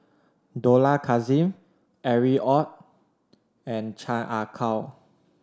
Dollah Kassim Harry Ord and Chan Ah Kow